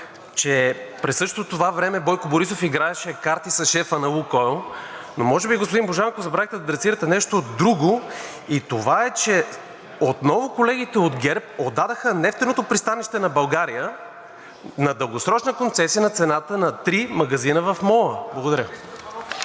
че през същото това време Бойко Борисов играеше карти с шефа на „Лукойл“, но може би, господин Божанков, забравихте да адресирате нещо друго и това е, че отново колегите от ГЕРБ отдадоха нефтеното пристанище на България на дългосрочна концесия на цената на три магазина в мола. Благодаря.